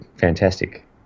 Fantastic